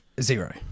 Zero